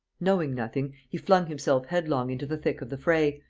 knowing nothing, he flung himself headlong into the thick of the fray,